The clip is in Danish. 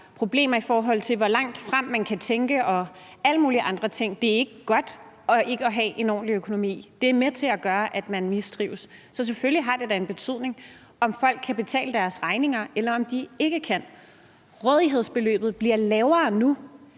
problemer, i forhold til hvor langt frem man kan tænke, og alle mulige andre ting. Det er ikke godt ikke at have en ordentlig økonomi; det er med til at gøre, at man mistrives. Så selvfølgelig har det da en betydning, om folk kan betale deres regninger, eller om de ikke kan. Med den her aftale bliver